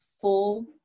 full